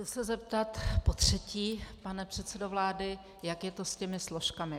Chci se zeptat potřetí, pane předsedo vlády, jak je to s těmi složkami.